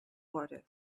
water